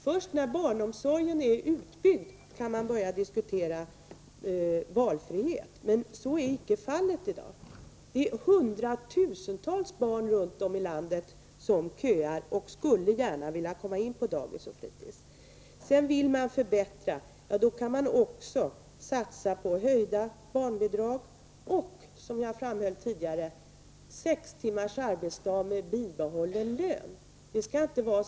Först när barnomsorgen är utbyggd kan man börja diskutera valfriheten. Men så är inte fallet i dag. Hundratusentals barn runt om i landet köar och skulle gärna vilja komma in på dagis och fritids. Man vill förbättra. Ja, då kan man också satsa på höjda barnbidrag och, som jag framhöll tidigare, sex timmars arbetsdag med bibehållen lön. Detta är reella åtgärder.